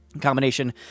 combination